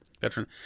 veteran